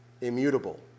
Immutable